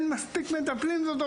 כשאני אומר